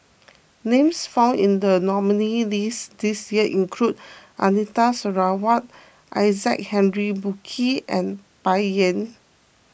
names found in the nominees' list this year include Anita Sarawak Isaac Henry Burkill and Bai Yan